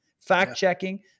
Fact-checking